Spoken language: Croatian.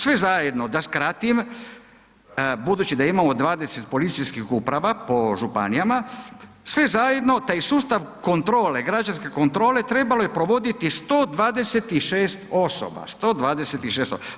Sve zajedno da skratim budući da imamo 20 policijskih uprava po županijama, sve zajedno taj sustav kontrole, građanske kontrole trebalo je provoditi 126 osoba, 126 osoba.